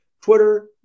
Twitter